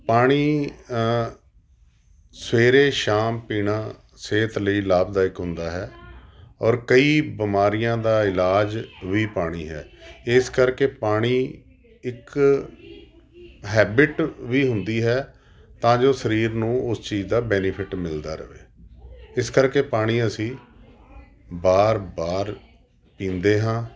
ਪਾਣੀ ਸਵੇਰੇ ਸ਼ਾਮ ਪੀਣਾ ਸਿਹਤ ਲਈ ਲਾਭਦਾਇਕ ਹੁੰਦਾ ਹੈ ਔਰ ਕਈ ਬਿਮਾਰੀਆਂ ਦਾ ਇਲਾਜ ਵੀ ਪਾਣੀ ਹੈ ਇਸ ਕਰਕੇ ਪਾਣੀ ਇੱਕ ਹੈਬਿਟ ਵੀ ਹੁੰਦੀ ਹੈ ਤਾਂ ਜੋ ਸਰੀਰ ਨੂੰ ਉਸ ਚੀਜ਼ ਦਾ ਬੈਨੀਫਿਟ ਮਿਲਦਾ ਰਹੇ ਇਸ ਕਰਕੇ ਪਾਣੀ ਅਸੀਂ ਵਾਰ ਵਾਰ ਪੀਂਦੇ ਹਾਂ